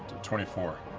twenty four.